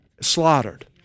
Slaughtered